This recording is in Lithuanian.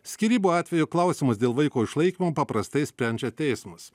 skyrybų atveju klausimus dėl vaiko išlaikymo paprastai sprendžia teismas